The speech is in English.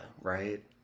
right